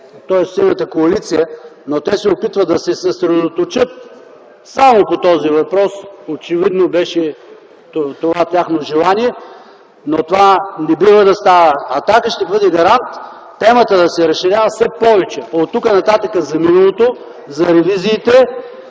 тоест Синята коалиция, но те се опитват да се съсредоточат само по този въпрос, очевидно беше това тяхно желание, но това не бива да става. „Атака” ще бъде гарант темата за миналото да се разширява все повече оттук-нататък, за ревизиите,